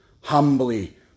humbly